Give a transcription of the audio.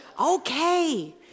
Okay